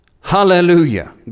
Hallelujah